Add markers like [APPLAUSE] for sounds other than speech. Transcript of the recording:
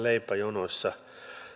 [UNINTELLIGIBLE] leipäjonoissa